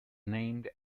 named